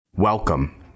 Welcome